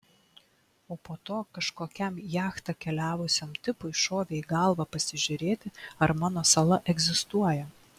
o po to kažkokiam jachta keliavusiam tipui šovė į galvą pasižiūrėti ar mano sala egzistuoja